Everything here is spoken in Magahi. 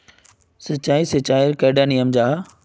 सिंचाई सिंचाईर कैडा नियम जाहा?